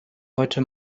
heute